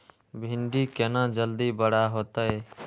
भिंडी केना जल्दी बड़ा होते?